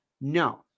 No